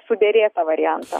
suderėtą variantą